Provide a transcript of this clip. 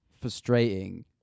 frustrating